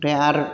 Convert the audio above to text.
ओमफ्राय आरो